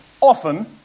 often